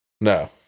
No